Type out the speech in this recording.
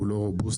הוא לא רובוסטי,